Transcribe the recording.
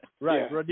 right